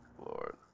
Lord